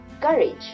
Courage